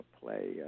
play